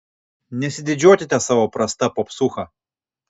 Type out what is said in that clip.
nesididžiuokite savo prasta popsūcha